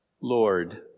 Lord